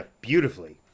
Beautifully